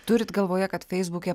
turit galvoje kad feisbuke